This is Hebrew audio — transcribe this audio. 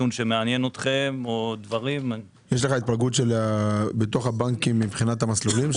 יש לך התפלגות של העליות בתוך הבנקים מבחינת המסלולים?